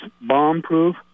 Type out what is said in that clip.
bomb-proof